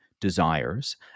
desires